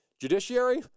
judiciary